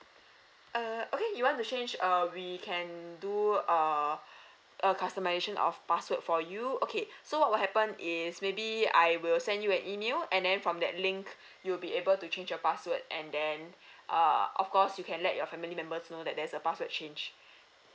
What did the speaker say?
uh okay you want to change uh we can do err a customisation of password for you okay so what will happen is maybe I will send you an email and then from that link you'll be able to change your password and then err of course you can let your family members know that there's a password change